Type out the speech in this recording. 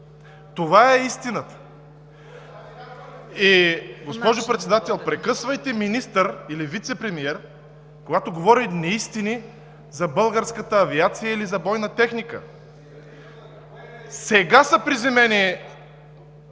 Това е истината. Госпожо Председател, прекъсвайте министър или вицепремиер, когато говори неистини за българската авиация или за бойна техника. Сега е приземена